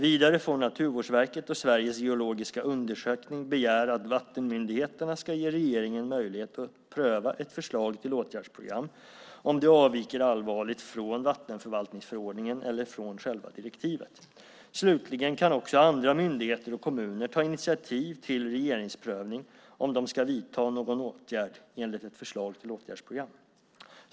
Vidare får Naturvårdsverket och Sveriges geologiska undersökning begära att vattenmyndigheterna ska ge regeringen möjlighet att pröva ett förslag till åtgärdsprogram, om det avviker allvarligt från vattenförvaltningsförordningen eller från själva direktivet. Slutligen kan också andra myndigheter och kommuner ta initiativ till regeringsprövning om de ska vidta någon åtgärd enligt ett förslag till åtgärdsprogram.